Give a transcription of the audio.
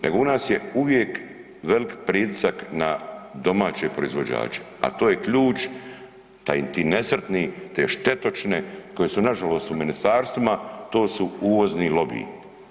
Nego u nas je uvijek velik pritisak na domaće proizvođače, a to je ključ ti nesretni, te štetočine koje su nažalost u ministarstvima to su uvozni lobiji.